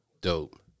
Dope